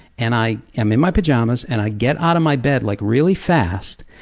and i am in my pajamas, and i get out of my bed like really fast,